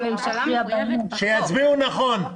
שיצביעו נכון.